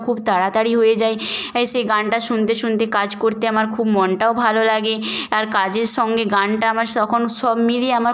খুব তাড়াতাড়ি হয়ে যায় আয় সে গানটা শুনতে শুনতে কাজ করতে আমার খুব মনটাও ভালো লাগে আর কাজের সঙ্গে গানটা আমার স্ তখন সব মিলিয়ে আমার